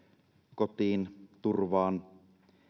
kotiin turvaan